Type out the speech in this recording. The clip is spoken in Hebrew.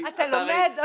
אתה לומד.